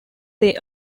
they